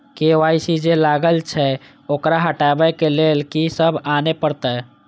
KYC जे लागल छै ओकरा हटाबै के लैल की सब आने परतै?